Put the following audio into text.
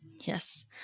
Yes